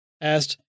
asked